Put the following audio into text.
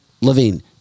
levine